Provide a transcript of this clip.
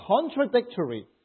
contradictory